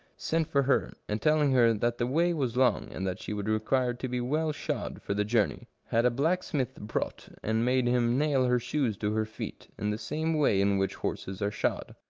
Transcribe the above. sent for her, and telling her that the way was long, and that she would require to be well shod for the journey, had a blacksmith brought, and made him nail her shoes to her feet, in the same way in which horses are shod.